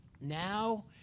Now